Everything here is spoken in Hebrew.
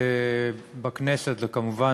כששאלתי